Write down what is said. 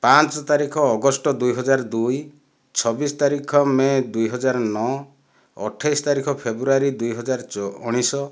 ପାଞ୍ଚ ତାରିଖ ଅଗଷ୍ଟ ଦୁଇହଜାର ଦୁଇ ଛବିଶ ତାରିଖ ମେ ଦୁଇହଜାର ନଅ ଅଠେଇଶ ତାରିଖ ଫେବୃଆରୀ ଦୁଇ ହଜାର ଚ ଉଣେଇଶ